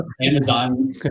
Amazon